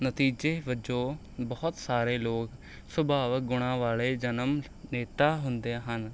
ਨਤੀਜੇ ਵਜੋਂ ਬਹੁਤ ਸਾਰੇ ਲੋਕ ਸੁਭਾਵਿਕ ਗੁਣਾਂ ਵਾਲੇ ਜਨਮ ਨੇਤਾ ਹੁੰਦੇ ਹਨ